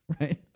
right